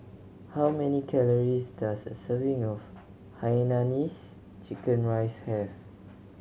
how many calories does a serving of hainanese chicken rice have